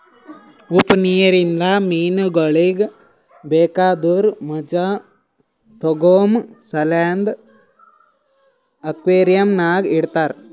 ಉಪ್ಪು ನೀರಿಂದ ಮೀನಗೊಳಿಗ್ ಬೇಕಾದುರ್ ಮಜಾ ತೋಗೋಮ ಸಲೆಂದ್ ಅಕ್ವೇರಿಯಂದಾಗ್ ಇಡತಾರ್